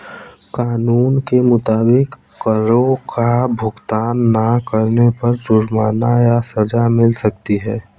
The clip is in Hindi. कानून के मुताबिक, करो का भुगतान ना करने पर जुर्माना या सज़ा मिल सकती है